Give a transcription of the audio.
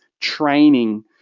training